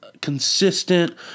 consistent